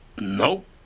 Nope